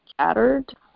scattered